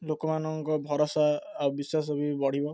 ଲୋକମାନଙ୍କ ଭରସା ଆଉ ବିଶ୍ୱାସ ବି ବଢ଼ିବ